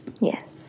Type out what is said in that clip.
Yes